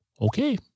Okay